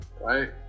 Right